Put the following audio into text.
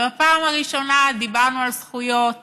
בפעם הראשונה דיברנו על זכויות